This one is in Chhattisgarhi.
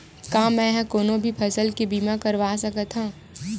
का मै ह कोनो भी फसल के बीमा करवा सकत हव?